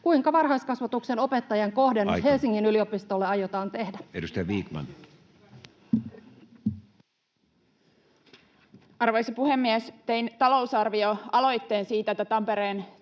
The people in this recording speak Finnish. kuinka varhaiskasvatuksen opettajien kohdennus [Puhemies: Aika!] Helsingin yliopistolle aiotaan tehdä. Edustaja Vikman. Arvoisa puhemies! Tein talousar-vioaloitteen siitä, että Tampereen